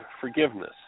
forgiveness